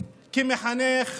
כמחנך,